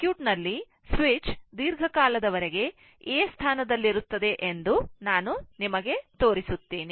circuit ನಲ್ಲಿ switch ದೀರ್ಘಕಾಲದವರೆಗೆ A ಸ್ಥಾನದಲ್ಲಿದೆ ಎಂದು ನಾನು ನಿಮಗೆ ತೋರಿಸುತ್ತೇನೆ